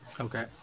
Okay